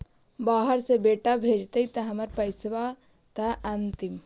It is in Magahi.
बाहर से बेटा भेजतय त हमर पैसाबा त अंतिम?